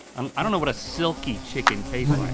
um i don't know what a silkie chicken tastes like.